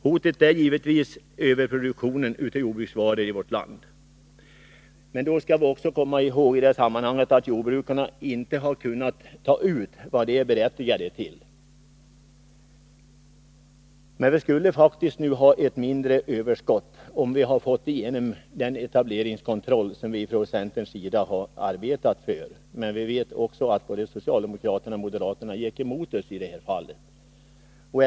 Hotet är givetvis en överproduktion av jordbruksvaror i vårt land. Då skall vi i detta sammanhang komma ihåg att jordbrukarna inte har kunnat ta ut vad de är berättigade till. Men vi skulle faktiskt haft ett mindre överskott om vi hade fått igenom den etableringskontroll som vi från centerns sida har arbetat för. Vi vet också att både socialdemokraterna och moderaterna gick emot oss i detta fall.